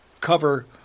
cover